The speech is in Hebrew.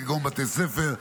כגון בתי ספר,